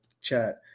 chat